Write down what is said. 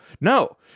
No